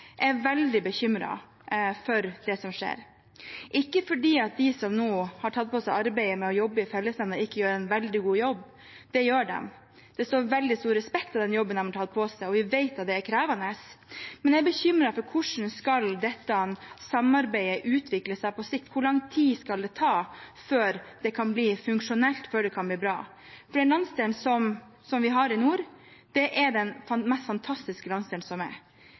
er veldig bekymret for det som skjer. Det er ikke fordi de som nå har tatt på seg arbeidet med å jobbe i fellesnemnda, ikke gjør en veldig god jobb, for det gjør de. Det står veldig stor respekt av den jobben de har tatt på seg, og vi vet den er krevende. Men jeg er bekymret for hvordan dette samarbeidet skal utvikle seg på sikt, hvor lang tid det skal ta før det kan bli funksjonelt og bra. Den landsdelen vi har i nord, er den mest fantastiske landsdelen. Det er